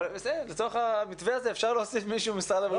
לצורך המתווה הזה אפשר להוסיף מישהו ממשרד הבריאות.